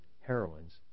heroines